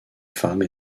femme